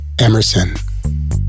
Emerson